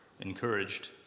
encouraged